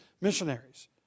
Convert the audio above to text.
missionaries